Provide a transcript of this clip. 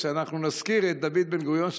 כשאנחנו נזכיר את דוד בן-גוריון,